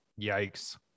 yikes